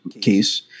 case